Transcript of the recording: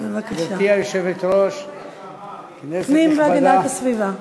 והיא חוזרת לדיון בוועדת הפנים והגנת הסביבה.